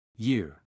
Year